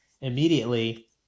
immediately